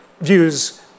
views